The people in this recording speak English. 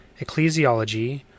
ecclesiology